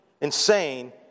insane